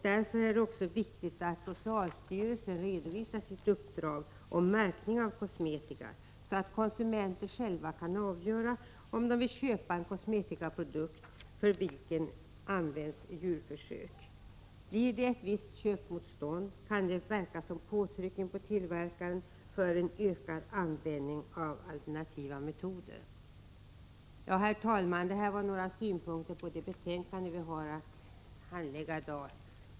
Därför är det viktigt att socialstyrelsen redovisar sitt uppdrag om märkning av kosmetika, så att konsumenterna själva kan avgöra om de vill köpa en kosmetikaprodukt vid vars tillverkning används djurförsök. Ett visst köpmotstånd kan verka som påtryckning på tillverkaren för att öka användningen av alternativa metoder. Herr talman! Detta var några synpunkter på det betänkande som vi har att handlägga i dag.